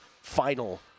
final